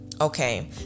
okay